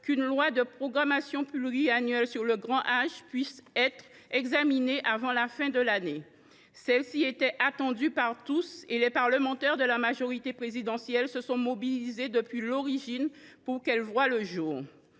qu’une loi de programmation pluriannuelle sur le grand âge puisse être examinée avant la fin de l’année, madame la ministre. Celle ci était attendue par tous. D’ailleurs, les parlementaires de la majorité présidentielle se sont mobilisés depuis l’origine pour qu’elle voie le jour.